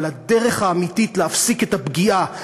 אבל הדרך האמיתית להפסיק את הפגיעה,